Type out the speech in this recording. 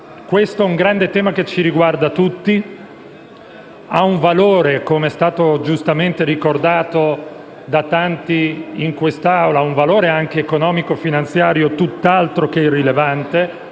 Questo è un grande tema che ci riguarda tutti. Ha un valore, com'è stato giustamente ricordato da tanti in quest'Aula, anche economico-finanziario tutt'altro che irrilevante,